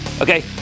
Okay